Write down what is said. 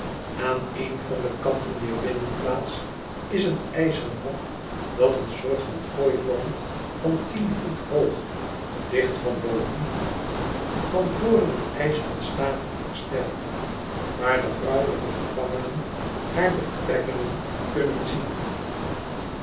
aan een van de kanten dier binnenplaats is een ijzeren hok dat een soort van kooi vormt van tien voet hoog dicht van boven van voren door ijzeren staven versterkt waar de vrouwelijke gevangenen haar betrekkingen kunnen zien